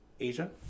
asia